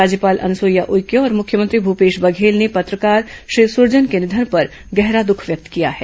राज्यपाल अनुसूईया उइके और मुख्यमंत्री भूषेश बधेल ने पत्रकार श्री सूरजन के निधन पर गहरा दुःख व्यक्त किया है